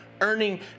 earning